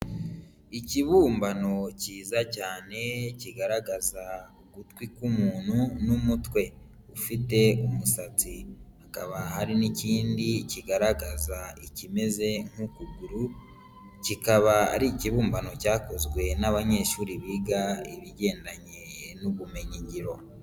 Ikibumbano kiyiza cyane kigaragaza ugutwi k'umuntu n'umutwe ufite umusatsi, hakaba hari n'ikindi kigaragaza ikimeze nk'ukuguru, kikaba ari ikibumbano cyakozwe n'abanyeshuri biga ibigendanye n'ubumenyingiro.